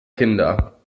kinder